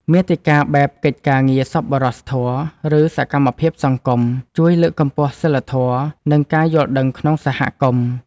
មាតិកាបែបកិច្ចការងារសប្បុរសធម៌ ឬសកម្មភាពសង្គម ជួយលើកកម្ពស់សីលធម៌ និងការយល់ដឹងក្នុងសហគមន៍។